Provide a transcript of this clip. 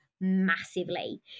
massively